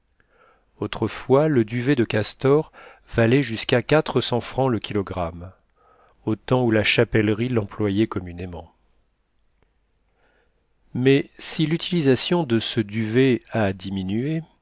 autrefois le duvet de castor valait jusqu'à quatre cents francs le kilogramme au temps où la chapellerie l'employait communément mais si l'utilisation de ce duvet a diminué